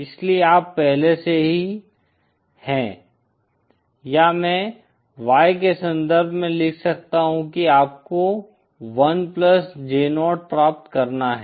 इसलिए आप पहले से ही हैं या मैं Y के संदर्भ में लिख सकता हूं कि आपको 1 प्लस J0 प्राप्त करना है